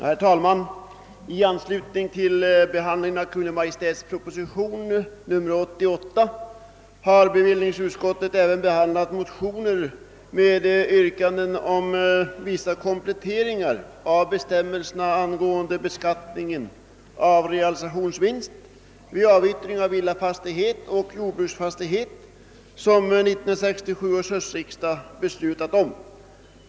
Herr talman! I anslutning till behandlingen av Kungl. Maj:ts proposition nr 88 har bevillningsutskottet även tagit ställning till motioner med yrkanden om vissa kompletteringar av bestämmelserna angående beskattningen av realisationsvinst vid avyttring av villafastighet och jordbruksfastighet, som 1967 års höstriksdag beslutat om.